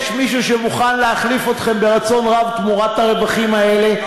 יש מישהו שמוכן להחליף אתכם ברצון רב תמורת הרווחים האלה.